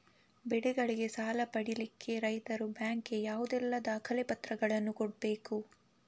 ಬೆಳೆಗಳಿಗೆ ಸಾಲ ಪಡಿಲಿಕ್ಕೆ ರೈತರು ಬ್ಯಾಂಕ್ ಗೆ ಯಾವುದೆಲ್ಲ ದಾಖಲೆಪತ್ರಗಳನ್ನು ಕೊಡ್ಬೇಕು?